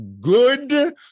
good